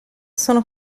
sono